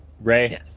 Ray